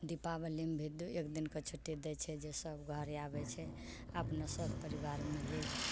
दिपावलीमे भी एक दिनके छुट्टी दै छै जे सभ घरे आबै छै अपनो सभ परिवार मिलै